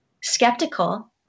skeptical